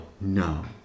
No